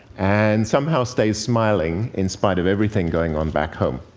and somehow stays smiling, in spite of everything going on back home.